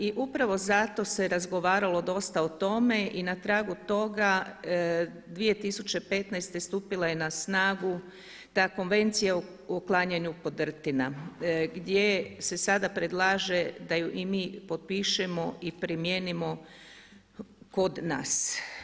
I upravo zato se razgovaralo dosta o tome i na tragu toga 2015. stupila je na snagu ta Konvencija o uklanjanju podrtina gdje se sada predlaže da ju i mi potpišemo i primijenimo kod nas.